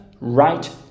right